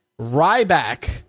Ryback